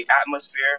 atmosphere